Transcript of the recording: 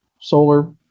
solar